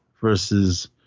versus